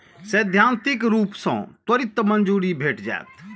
सैद्धांतिक रूप सं त्वरित मंजूरी भेट जायत